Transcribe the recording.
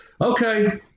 okay